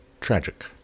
tragic